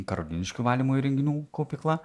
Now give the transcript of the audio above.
karoliniškių valymo įrenginių kaupykla